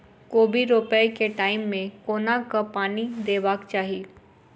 कोबी रोपय केँ टायम मे कोना कऽ पानि देबाक चही?